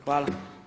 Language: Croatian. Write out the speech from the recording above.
Hvala.